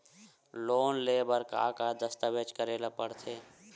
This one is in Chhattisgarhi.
लोन ले बर का का दस्तावेज करेला पड़थे?